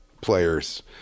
players